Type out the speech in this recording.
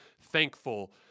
thankful